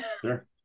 Sure